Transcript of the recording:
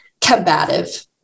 combative